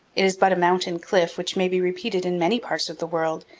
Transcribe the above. is but a mountain cliff which may be repeated in many parts of the world,